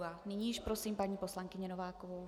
A nyní již prosím paní poslankyni Novákovou.